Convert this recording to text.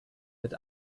mit